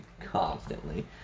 constantly